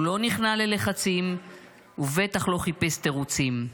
הוא לא נכנע ללחצים ולא חיפש תירוצים.